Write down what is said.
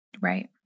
Right